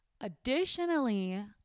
Additionally